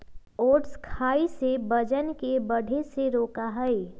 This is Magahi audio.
ओट्स खाई से वजन के बढ़े से रोका हई